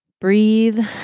breathe